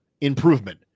improvement